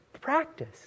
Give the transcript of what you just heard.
practice